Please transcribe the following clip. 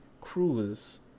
cruise